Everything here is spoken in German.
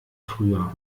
früher